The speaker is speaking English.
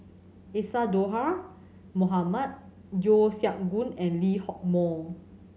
Isadhora Mohamed Yeo Siak Goon and Lee Hock Moh